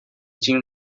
金融